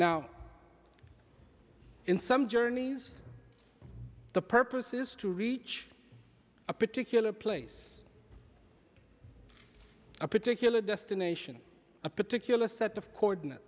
now in some journeys the purpose is to reach a particular place a particular destination a particular set of coordinate